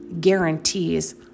guarantees